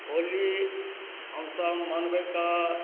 होली हमसब मनबै कऽ